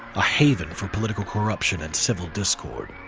a haven for political corruption and civil discord.